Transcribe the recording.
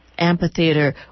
Amphitheater